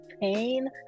pain